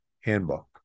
handbook